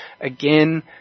again